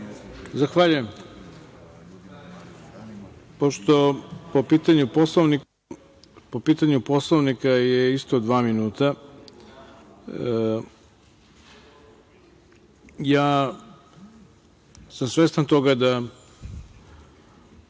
Zahvaljujem. Po pitanju Poslovnika je isto dva minuta. Ja sam svestan toga da